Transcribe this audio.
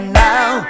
now